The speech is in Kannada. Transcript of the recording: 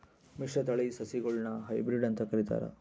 ಮಿಶ್ರತಳಿ ಸಸಿಗುಳ್ನ ಹೈಬ್ರಿಡ್ ಅಂತ ಕರಿತಾರ